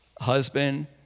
husband